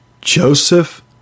Joseph